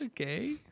Okay